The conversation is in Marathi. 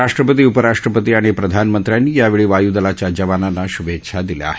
राष्ट्रपती उपराष्ट्रपती आणि प्रधानमंत्र्यांनी यावेळी वाय्दलाच्या जवानांना श्भेच्छा दिल्या आहेत